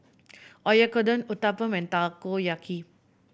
Oyakodon Uthapam and Takoyaki